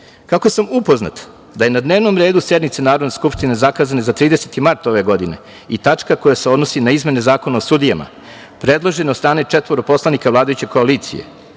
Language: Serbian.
sam upoznat da je na dnevnom redu sednice Narodne skupštine, zakazane za 30. mart ove godine, tačka koja se odnosi na izmene Zakona o sudijama, predložen od strane četvoro poslanika vladajuće koalicije,